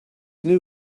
new